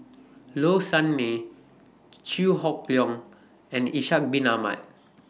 Low Sanmay Chew Hock Leong and Ishak Bin Ahmad